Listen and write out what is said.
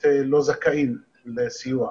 לא ידענו איפה מבצעים את הבידוד,